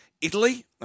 Italy